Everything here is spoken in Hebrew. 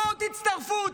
בואו תצטרפו,